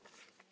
Proszę